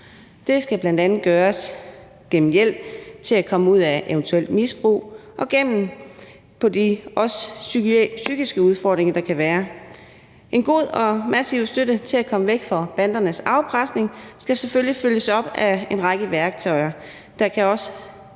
Det skal bl.a. gøres gennem hjælp til at komme ud af et eventuelt misbrug og gennem de psykiske udfordringer, der også kan være. En god og massiv støtte til at komme væk fra bandernes afpresning skal selvfølgelig følges op af en række værktøjer, der også